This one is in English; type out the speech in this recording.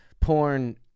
Porn